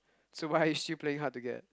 so why are you still playing hard to get